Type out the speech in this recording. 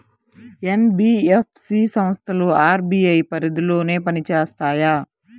NBFC సంస్థలు RBI పరిధిలోనే పని చేస్తాయా?